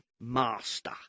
master